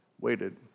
waited